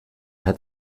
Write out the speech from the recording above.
hat